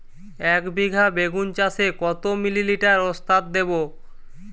একবিঘা বেগুন চাষে কত মিলি লিটার ওস্তাদ দেবো?